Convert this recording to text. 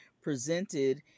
presented